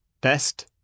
Best